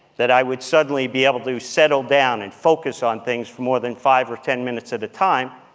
that i would suddenly be able to settle down and focus on things for more than five or ten minutes at a time,